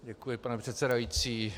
Děkuji, pane předsedající.